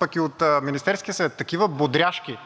пък и от Министерския съвет, такива бодряшки